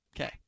Okay